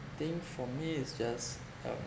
think for me is just um